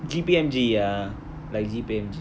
G_P_M_G ya like G_P_M_G